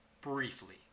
Briefly